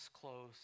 close